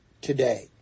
today